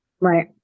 right